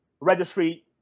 registry